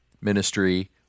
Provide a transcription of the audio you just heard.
ministry